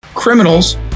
criminals